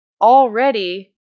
already